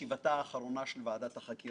אני מבקש לפתוח את ישיבתה האחרונה של ועדת החקירה,